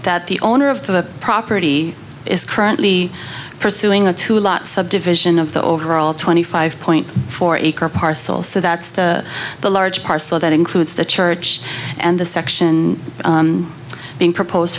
that the owner of the property currently pursuing a two lot subdivision of the overall twenty five point four acre parcel so that's the the large parcel that includes the church and the section being proposed